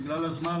בגלל הזמן,